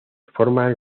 forman